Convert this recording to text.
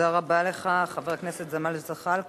תודה רבה לך, חבר הכנסת ג'מאל זחאלקה,